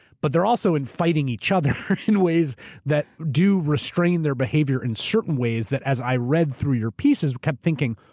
but they're also in fighting each other in ways that do restrain their behavior in certain ways that as i read through your piece, i kept thinking,